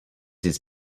his